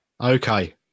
Okay